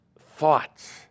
thoughts